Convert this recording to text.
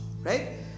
right